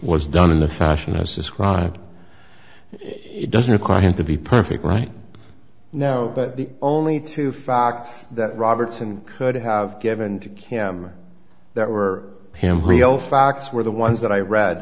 was done in the fashion as described it doesn't quite have to be perfect right now but the only two facts that robertson could have given to kim that were him real facts were the ones that i read